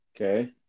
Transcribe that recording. Okay